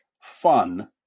fun